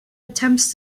attempts